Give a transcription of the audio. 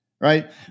right